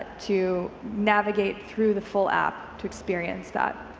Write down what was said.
to navigate through the full app to experience that.